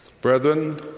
Brethren